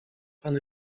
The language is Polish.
pan